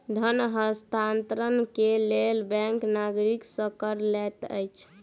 धन हस्तांतरण के लेल बैंक नागरिक सॅ कर लैत अछि